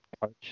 coach